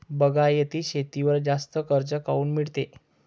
बागायती शेतीवर जास्त कर्ज काऊन मिळते?